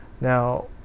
Now